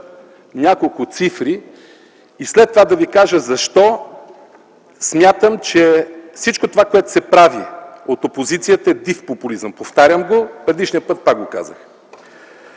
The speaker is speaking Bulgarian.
няколко цифри и след това да ви кажа защо смятам, че всичко това, което се прави от опозицията, е див популизъм. Повтарям го, предишния път пак го казах.